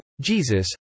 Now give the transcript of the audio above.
Jesus